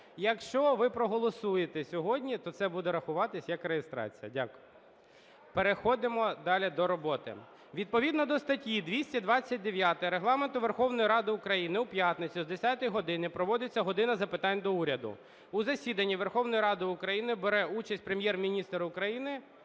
якщо ви проголосуєте сьогодні, то це буде рахуватися як реєстрація. Дякую. Переходимо далі до роботи. Відповідно до статті 229 Регламенту Верховної Ради України у п'ятницю з 10 години проводиться "година запитань до Уряду". У засіданні Верховної Ради України бере участь Прем'єр-міністр України